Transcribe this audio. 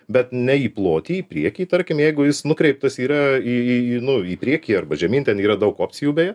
bet ne į plotį į priekį tarkim jeigu jis nukreiptas yra į į nu į priekį arba žemyn ten yra daug opcijų beje